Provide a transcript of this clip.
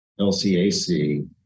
LCAC